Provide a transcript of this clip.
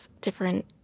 different